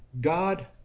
God